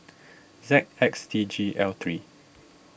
Z X D G L three